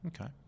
okay